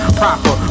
proper